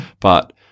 but-